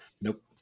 Nope